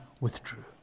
withdrew